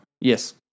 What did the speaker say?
Yes